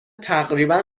تقریبا